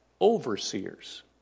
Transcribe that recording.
Overseers